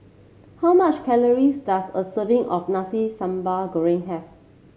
how much calories does a serving of Nasi Sambal Goreng have